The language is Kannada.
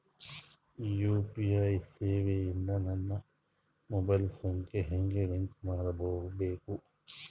ಯು.ಪಿ.ಐ ಸೇವೆ ಇಂದ ನನ್ನ ಮೊಬೈಲ್ ಸಂಖ್ಯೆ ಹೆಂಗ್ ಲಿಂಕ್ ಮಾಡಬೇಕು?